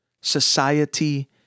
society